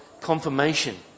confirmation